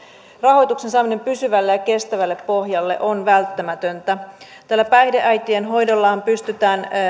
rahoituksen saaminen pysyvälle ja kestävälle pohjalle on välttämätöntä tällä päihdeäitien hoidolla pystytään